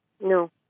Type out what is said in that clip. No